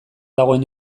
dagoen